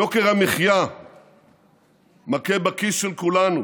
יוקר המחיה מכה בכיס של כולנו,